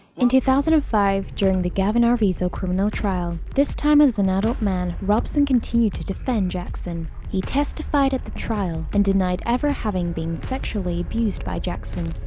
in two thousand and five, during the gavin arvizo criminal trial, this time as an adult man, robson continued to defend jackson. he testified at the trial and denied ever having being sexually abused by jackson.